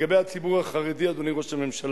כצל'ה, אתם, לגבי הציבור החרדי, אדוני ראש הממשלה,